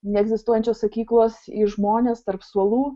neegzistuojančios sakyklos į žmones tarp suolų